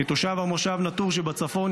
כתושב המושב נטור שבצפון,